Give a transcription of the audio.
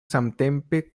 samtempe